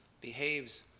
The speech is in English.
behaves